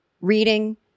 reading